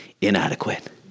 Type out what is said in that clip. inadequate